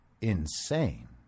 insane